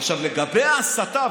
עכשיו לגבי ההסתה,